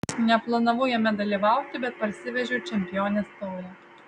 neplanavau jame dalyvauti bet parsivežiau čempionės taurę